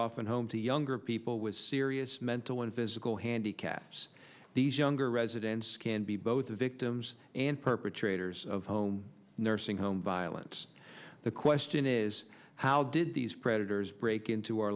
often home to younger people with serious mental and physical handicaps these younger residents can be both victims and perpetrators of home nursing home violence the question is how did these predators break